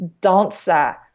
dancer